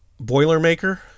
Boilermaker